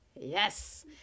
Yes